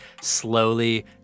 slowly